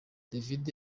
david